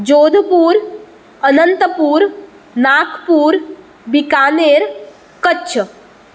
Jodhpur Anantapur Nagpur Bikaner Kutch